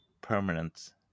permanent